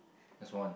as one